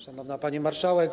Szanowna Pani Marszałek!